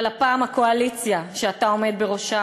אבל הפעם הקואליציה שאתה עומד בראשה